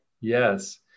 Yes